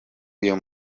uyu